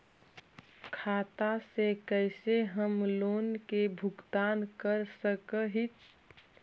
खाता से कैसे हम लोन के भुगतान कर सक हिय?